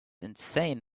insane